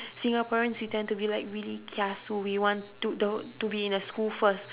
singaporeans we tend to be like really kiasu we want to to~ to be in a school first